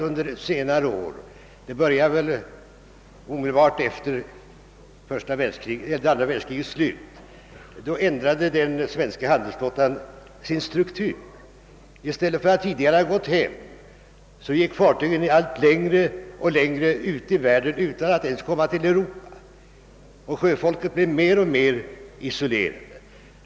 Under senare år — det började väl omedelbart efter andra världskrigets slut — ändrade den svenska handelsflottan sin struktur. Efter att tidigare ha gått hem gick fartygen allt längre och längre tid ute i världen utan att ens komma till Europa, och sjöfolket blev mer och mer isolerat.